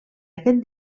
aquest